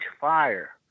fire